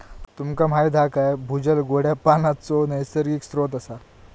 तुमका माहीत हा काय भूजल गोड्या पानाचो नैसर्गिक स्त्रोत असा